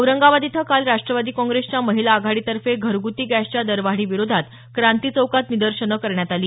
औरंगाबाद इथं काल राष्ट्रवादी काँग्रेसच्या महिला आघाडीतर्फे घऱगृती गॅसच्या दरवाढी विरोधात क्रांती चौकात निदर्शनं करण्यात आली